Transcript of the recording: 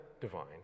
divine